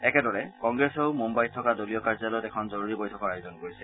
একেদৰে কংগ্ৰেছেও মুঘাইত থকা দলীয় কাৰ্যালয়ত এখন জৰুৰী বৈঠকৰ আয়োজন কৰিছে